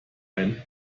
ein